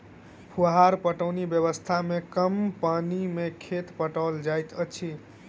फुहार पटौनी व्यवस्था मे कम पानि मे खेत पटाओल जाइत अछि